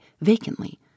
vacantly